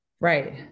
Right